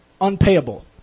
unpayable